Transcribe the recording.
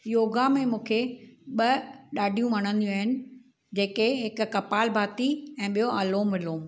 योगा में मूंखे ॿ ॾाढियूं वणंदियूं आहिनि जेके हिकु कपाल भाती ऐं ॿियों अलोम विलोम